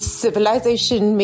civilization